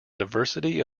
diversity